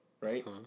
right